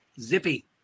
Zippy